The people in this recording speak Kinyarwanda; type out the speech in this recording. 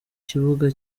kibuga